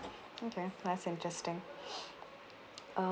okay that's interesting err